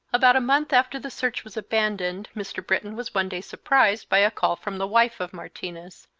about a month after the search was abandoned mr. britton was one day surprised by a call from the wife of martinez.